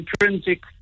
intrinsic